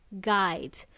guide